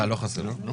התקציב לשנת 2022 אושר